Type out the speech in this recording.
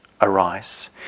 arise